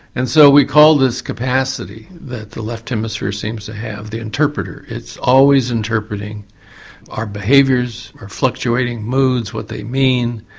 and so we call this capacity that the left hemisphere seems to have, the interpreter, it's always interpreting our behaviours, our fluctuating moods, what they mean.